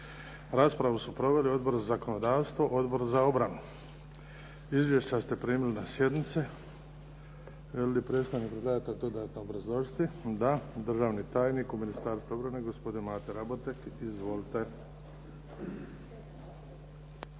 Raspravu su proveli Odbor za zakonodavstvo, Odbor za obranu. Izvješća ste primili na sjednici. Želi li predstavnik predlagatelja dodatno obrazložiti? Da. Državni tajnik u Ministarstvu obrane gospodin Mate Raboteg. Izvolite.